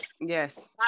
Yes